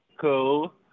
Cool